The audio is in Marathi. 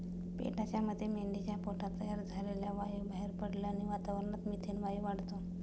पेटाच्या मते मेंढीच्या पोटात तयार झालेला वायू बाहेर पडल्याने वातावरणात मिथेन वायू वाढतो